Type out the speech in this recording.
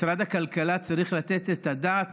משרד הכלכלה צריך לתת את הדעת,